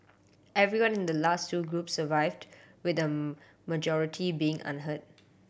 everyone in the last two groups survived with the majority being unhurt